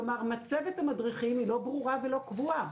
כלומר, מצבת המדריכים היא לא ברורה ולא קבועה.